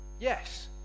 Yes